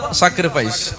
sacrifice